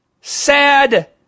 sad